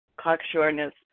cocksureness